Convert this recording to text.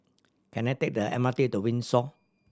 can I take the M R T to Windsor